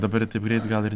dabar taip greit gal ir